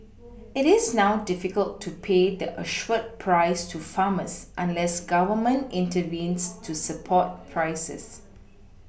it is now difficult to pay the assured price to farmers unless Government intervenes to support prices